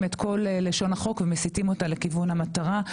את כל לשון החוק ומסיטים אותה לכיוון המטרה,